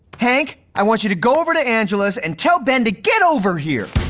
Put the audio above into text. hank, i want you to go over to angela's and tell ben to get over here.